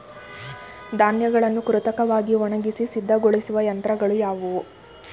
ಧಾನ್ಯಗಳನ್ನು ಕೃತಕವಾಗಿ ಒಣಗಿಸಿ ಸಿದ್ದಗೊಳಿಸುವ ಯಂತ್ರಗಳು ಯಾವುವು?